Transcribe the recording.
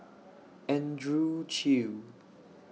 Andrew Chew